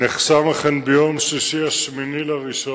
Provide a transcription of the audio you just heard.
אכן נחסם ביום שישי, 8 בינואר,